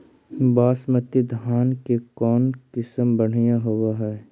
बासमती धान के कौन किसम बँढ़िया होब है?